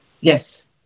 Yes